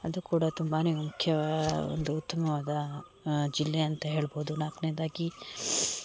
ಅದು ಕೂಡ ತುಂಬಾ ಮುಖ್ಯ ಒಂದು ಉತ್ತುಮವಾದ ಜಿಲ್ಲೆ ಅಂತ ಹೇಳ್ಬೋದು ನಾಲ್ಕನೇದಾಗಿ